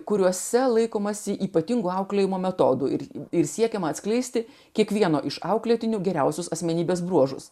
kuriuose laikomasi ypatingų auklėjimo metodų ir ir siekiama atskleisti kiekvieno iš auklėtinių geriausius asmenybės bruožus